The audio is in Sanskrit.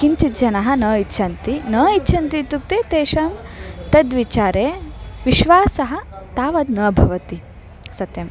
किञ्चिज्जनाः न इच्छन्ति न इच्छन्ति इत्युक्ते तेषां तद्विचारे विश्वासः तावद् न भवति सत्यम्